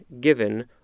given